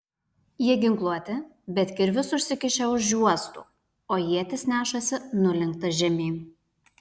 jie ginkluoti bet kirvius užsikišę už juostų o ietis nešasi nulenktas žemyn